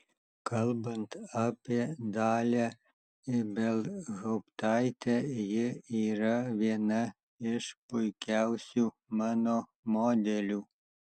kalbant apie dalią ibelhauptaitę ji yra viena iš puikiausių mano modelių